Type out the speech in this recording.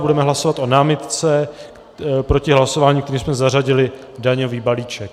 Budeme hlasovat o námitce proti hlasování, kterým jsme zařadili daňový balíček.